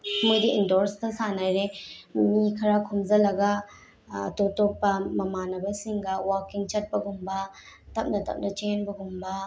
ꯃꯣꯏꯗꯤ ꯏꯟꯗꯣꯔꯁꯇ ꯁꯥꯟꯅꯔꯦ ꯃꯤ ꯈꯔ ꯈꯣꯝꯖꯤꯂꯂꯒ ꯑꯇꯣꯞ ꯑꯇꯣꯞꯄ ꯃꯃꯥꯟꯅꯕꯁꯤꯡꯒ ꯋꯥꯛꯀꯤꯡ ꯆꯠꯄꯒꯨꯝꯕ ꯇꯞꯅ ꯇꯞꯅ ꯆꯦꯟꯕꯒꯨꯝꯕ